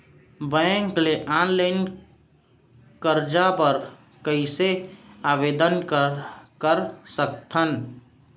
Bank ले online करजा बर कइसे आवेदन कर सकथन?